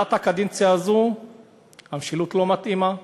בתחילת הקדנציה הזאת המשילות לא מתאימה,